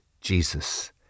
Jesus